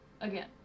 Again